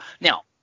Now